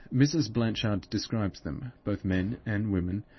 mrs. blanchard describes them, both men and women,